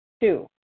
Two